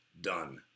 done